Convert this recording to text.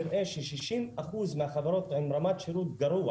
נראה ששישים אחוז עם רמת שירות גרוע